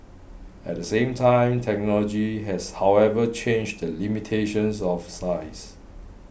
at the same time technology has however changed the limitations of size